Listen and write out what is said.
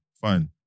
Fine